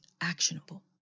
actionable